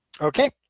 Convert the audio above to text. Okay